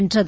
வென்றது